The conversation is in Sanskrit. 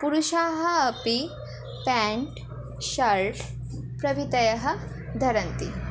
पुरुषाः अपि प्यान्ट् शर्ट् प्रवितयः धरन्ति